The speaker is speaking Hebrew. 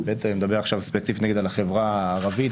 אני מדבר עכשיו ספציפית נגיד על החברה הערבית,